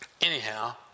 Anyhow